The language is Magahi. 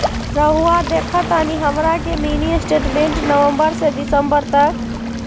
रहुआ देखतानी हमरा के मिनी स्टेटमेंट नवंबर से दिसंबर तक?